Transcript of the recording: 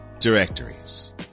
directories